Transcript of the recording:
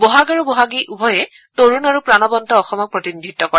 বহাগ আৰু বহাগী উভয়ে তৰুণ আৰু প্ৰাণৱন্ত অসমক প্ৰতিনিধিত্ব কৰে